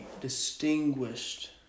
distinguished